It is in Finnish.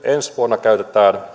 ensi vuonna käytetään